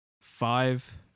five